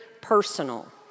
personal